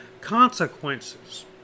consequences